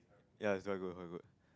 ya it's quite good quite good